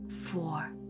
four